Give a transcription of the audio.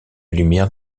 lumière